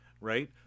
right